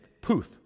poof